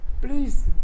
please